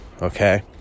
okay